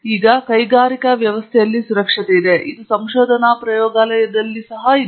ಈಗ ಕೈಗಾರಿಕಾ ವ್ಯವಸ್ಥೆಯಲ್ಲಿ ಸುರಕ್ಷತೆ ಇದೆ ಇದು ಸಂಶೋಧನಾ ಪ್ರಯೋಗಾಲಯದಲ್ಲಿ ಸಹ ಇದೆ